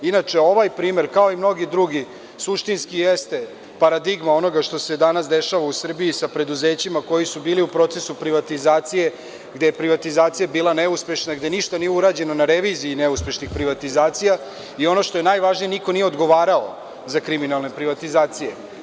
Inače, ovaj primer kao i mnogi drugi suštinski jeste paradigma onoga što se danas dešava u Srbiji sa preduzećima koja su bila u procesu privatizacije, gde je privatizacija bila neuspešna, gde ništa nije urađeno na reviziji neuspešnih privatizacija i ono što je najvažnije niko nije odgovarao za kriminalne privatizacije.